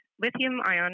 lithium-ion